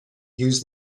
use